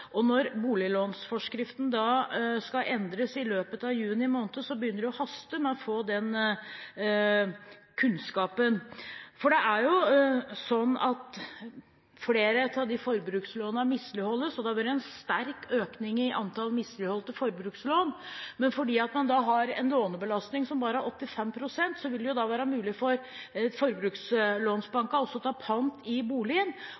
Når boliglånsforskriften skal endres i løpet av juni måned, begynner det å haste med å få den kunnskapen, for flere av forbrukslånene misligholdes, og det har vært en sterk økning i antall misligholdte forbrukslån. Fordi man da har en lånebelastning som bare er 85 pst., vil det være mulig for forbrukslånsbankene å ta pant i boligen.